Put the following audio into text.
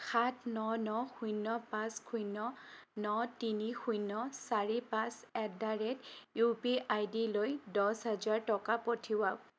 সাত ন ন শূন্য পাঁচ শূন্য ন তিনি শূন্য চাৰি পাঁচ at the rate U P I ডিলৈ দহ হেজাৰ টকা পঠিৱাওক